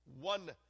One